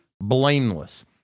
Blameless